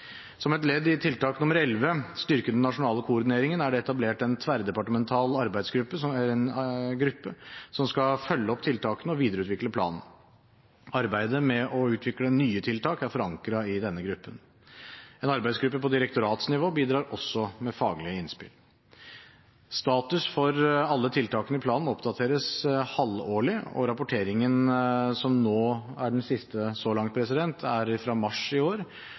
Som et ledd i tiltak 11, Styrke den nasjonale koordineringen, er det etablert en tverrdepartemental arbeidsgruppe som skal følge opp tiltakene og videreutvikle planen. Arbeidet med å utvikle nye tiltak er forankret i denne gruppen. En arbeidsgruppe på direktoratsnivå bidrar også med faglige innspill. Status for alle tiltakene i planen oppdateres halvårlig. Rapporteringen som er den siste så langt, er fra mars i år,